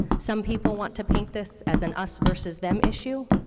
some people want to paint this as an us versus them issue.